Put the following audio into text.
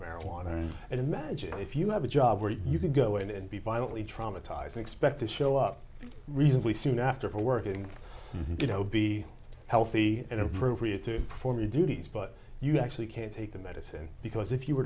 marijuana and imagine if you have a job where you can go in and be violently traumatized expect to show up reasonably soon after for working you know be healthy and appropriate to perform your duties but you actually can't take the medicine because if you were